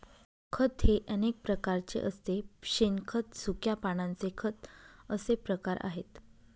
खत हे अनेक प्रकारचे असते शेणखत, सुक्या पानांचे खत असे प्रकार आहेत